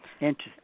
Interesting